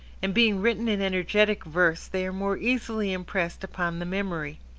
and being written in energetic verse they are more easily impressed upon the memory.